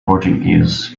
portuguese